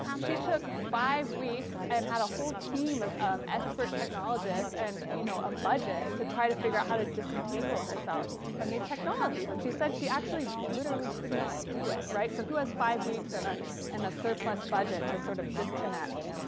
she took five weeks and had a whole team of of expert technologists, and you know a budget to try to figure out how to disentangle herself from these technologies. and she said she actually literally could not do it. right? so who has five weeks and ah and a surplus budget to sort of disconnect?